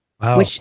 Wow